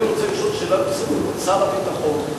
אני רוצה לשאול שאלה נוספת את שר הביטחון.